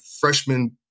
freshman